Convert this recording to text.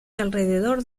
alrededor